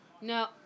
No